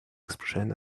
expression